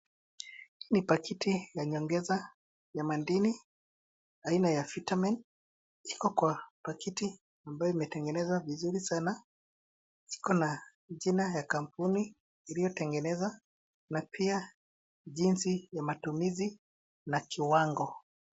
Hii ni pakiti ya nyongeza ya madini aina ya Vitamin. Iko kwa pakiti ambayo imetengenezwa vizuri sana. Ziko na jina ya kampuni iliyotengeneza, na pia jinsi ya matumizi na kiwango.